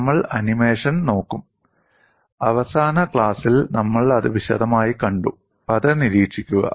നമ്മൾ ആനിമേഷൻ നോക്കും അവസാന ക്ലാസ്സിൽ നമ്മൾ അത് വിശദമായി കണ്ടു അത് നിരീക്ഷിക്കുക